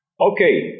Okay